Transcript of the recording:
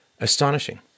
astonishing